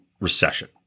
recession